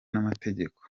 n’amategeko